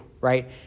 right